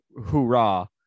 hoorah